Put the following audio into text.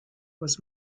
was